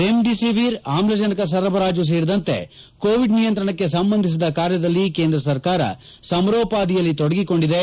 remdesivir ಆಮ್ಲಜನಕ ಸರಬರಾಜು ಸೇರಿದಂತೆ ಕೋವಿಡ್ ನಿಯಂತ್ರಣಕ್ಕೆ ಸಂಬಂಧಿಸಿದ ಕಾರ್ಯದಲ್ಲಿ ಕೇಂದ್ರ ಸರ್ಕಾರ ಸಮರೋಪಾದಿಯಲ್ಲಿ ತೊಡಗಿಕೊಂಡಿದೆ